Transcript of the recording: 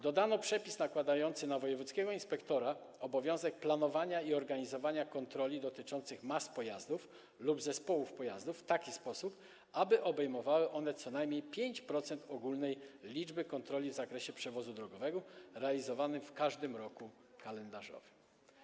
Dodano przepis nakładający na wojewódzkiego inspektora obowiązek planowania i organizowania kontroli dotyczących mas pojazdów lub zespołów pojazdów w taki sposób, aby obejmowały one co najmniej 5% ogólnej liczby kontroli w zakresie przewozu drogowego realizowanych w każdym roku kalendarzowym.